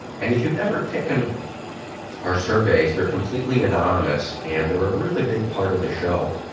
and if you've never taken our surveys, they're completely anonymous, and they're a really big part of the show,